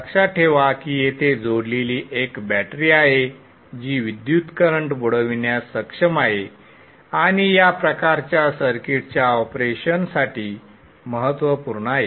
लक्षात ठेवा की येथे जोडलेली एक बॅटरी आहे जी विद्युत करंट बुडविण्यास सक्षम आहे आणि या प्रकारच्या सर्किट्सच्या ऑपरेशनसाठी महत्त्वपूर्ण आहे